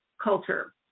culture